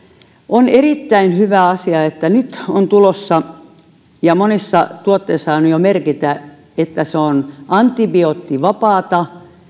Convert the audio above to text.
on erittäin hyvä asia että nyt on tulossa merkintä ja monissa tuotteissa on jo että se on antibioottivapaata